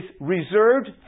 reserved